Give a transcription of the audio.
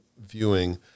viewing